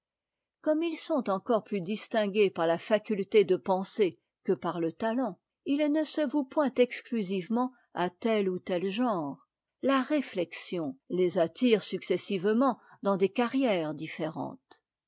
comme ils sont encore plus distingués par la faculté de penser que par le talent ils ne se vouent point exclusivement à tel ou tel genre la réflexion les attire successivement dans des carrières différentes